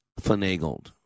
finagled